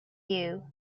you